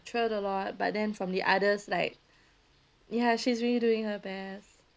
matured a lot but then from the others like ya she's really doing her best